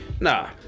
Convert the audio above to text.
Nah